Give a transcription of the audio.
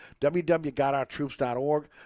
www.gotourtroops.org